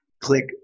click